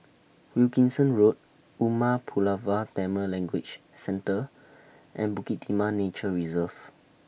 Wilkinson Road Umar Pulavar Tamil Language Centre and Bukit Timah Nature Reserve